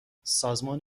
سازمان